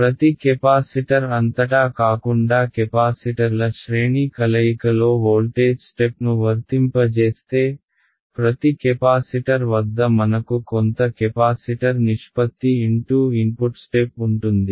ప్రతి కెపాసిటర్ అంతటా కాకుండా కెపాసిటర్ల శ్రేణి కలయికలో వోల్టేజ్ స్టెప్ను వర్తింపజేస్తే ప్రతి కెపాసిటర్ వద్ద మనకు కొంత కెపాసిటర్ నిష్పత్తి ఇన్పుట్ స్టెప్ ఉంటుంది